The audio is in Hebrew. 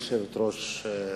גברתי היושבת-ראש,